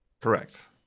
Correct